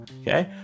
Okay